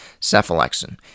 cephalexin